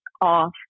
off